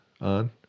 on